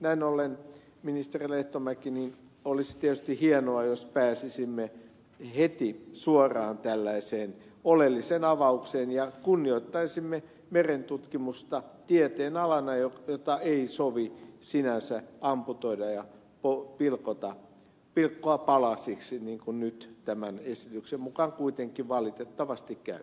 näin ollen ministeri lehtomäki olisi tietysti hienoa jos pääsisimme heti suoraan tällaiseen oleelliseen avaukseen ja kunnioittaisimme merentutkimusta tieteen alana jota ei sovi sinänsä amputoida ja pilkkoa palasiksi niin kuin nyt tämän esityksen mukaan kuitenkin valitettavasti käy